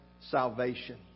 salvation